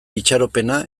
itxaropena